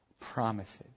promises